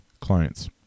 clients